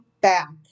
back